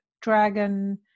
dragon